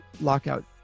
lockout